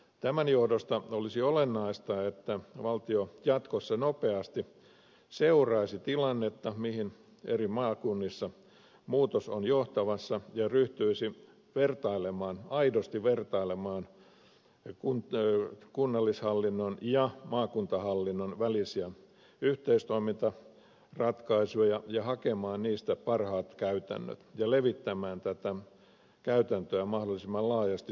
tämän johdosta olisi olennaista että valtio jatkossa nopeasti seuraisi tilannetta johon muutos on eri maakunnissa johtamassa ja ryhtyisi aidosti vertailemaan kunnallishallinnon ja maakuntahallinnon välisiä yhteistoimintaratkaisuja ja hakemaan niistä parhaat käytännöt ja levittämään tätä käytäntöä mahdollisimman laajasti soveltuvin osin